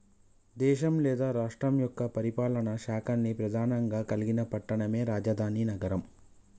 దేశం లేదా రాష్ట్రం యొక్క పరిపాలనా శాఖల్ని ప్రెధానంగా కలిగిన పట్టణమే రాజధాని నగరం